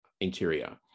interior